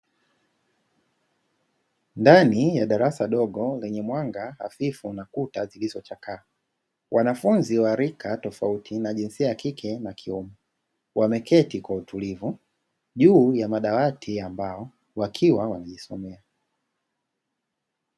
Ndani ya darasa dogo lenye mwanga hafifu na kuta kilizo chakaa, wanafunzi wa rika tofauti na jinsi ya kike wakiwemo wameketi kwa utulivu juu ya madawati ya mbao wakiwa wanasoma.